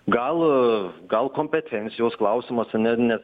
gal gal kompetencijos klausimas ane ne